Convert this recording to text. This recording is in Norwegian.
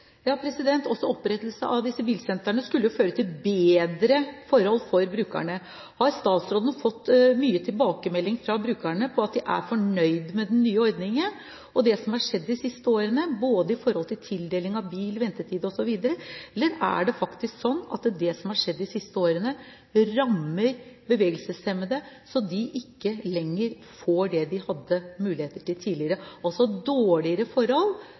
av bilsentrene skulle føre til bedre forhold for brukerne. Har statsråden fått mange tilbakemeldinger fra brukerne om at de er fornøyd med den nye ordningen og det som har skjedd de siste årene når det gjelder tildeling av bil, ventetid osv.? Eller er det sånn at det som har skjedd de siste årene, rammer bevegelseshemmede, slik at de ikke lenger får det de tidligere hadde mulighet til, altså at de har fått dårligere forhold,